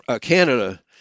Canada